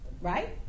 right